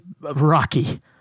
Rocky